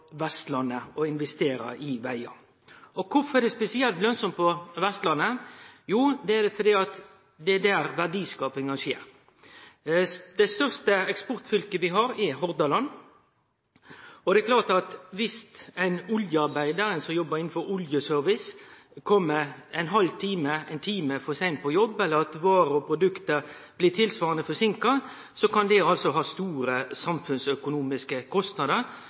Vestlandet. Kvifor er det spesielt lønsamt på Vestlandet? Jau, det er der verdiskapinga skjer. Det største eksportfylket vi har, er Hordaland. Det er klart at dersom ein som jobbar innan oljenæringa, kjem ein halv time eller ein time for seint på jobb, eller at varer og produkt blir tilsvarande forseinka, kan det ha store samfunnsøkonomiske kostnader,